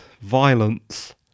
violence